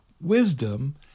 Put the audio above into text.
wisdom